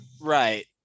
Right